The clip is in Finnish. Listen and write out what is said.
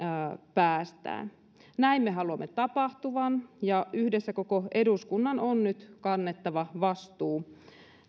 päästään näin me haluamme tapahtuvan ja tästä eteenpäin koko eduskunnan on nyt yhdessä kannettava vastuu